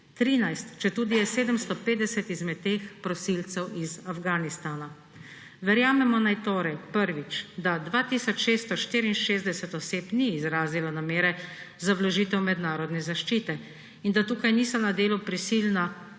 13, četudi je 750 izmed teh prosilcev iz Afganistana. Verjamemo naj torej, prvič, da 2 tisoč 664 oseb ni izrazilo namere za vložitev mednarodne zaščite in da tukaj niso na delu prisilna